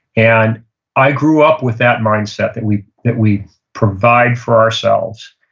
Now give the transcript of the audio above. and i grew up with that mindset, that we that we provide for ourselves,